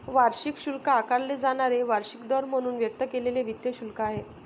वार्षिक शुल्क आकारले जाणारे वार्षिक दर म्हणून व्यक्त केलेले वित्त शुल्क आहे